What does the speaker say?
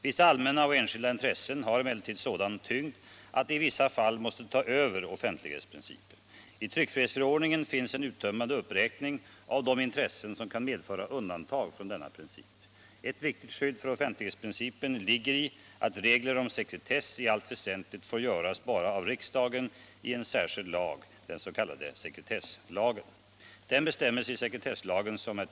Vissa allmänna och enskilda intressen har emellertid sådan tyngd att de i vissa fall måste ta över offentlighetsprincipen. I tryckfrihetsförordningen finns en uttömmande uppräkning av de intressen som kan medföra undantag från denna princip. Ett viktigt skydd för offentlighets 23 principen ligger i att regler om sekretess i allt väsentligt får göras bara av riksdagen i en särskild lag, den s.k. sekretesslagen.